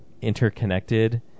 interconnected